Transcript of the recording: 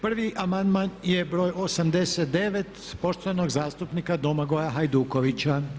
Prvi amandman je broj 89. poštovanog zastupnika Domagoja Hajdukovića.